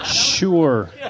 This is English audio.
Sure